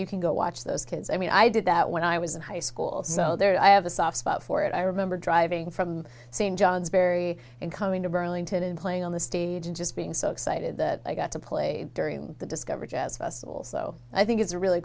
you can go watch those kids i mean i did that when i was in high school i have a soft spot for it i remember driving from st johnsbury and coming to burlington and playing on the stage and just being so excited that i got to play during the discover jazz festival so i think it's a really